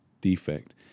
defect